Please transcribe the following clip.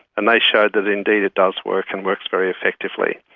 and they showed that indeed it does work and works very effectively.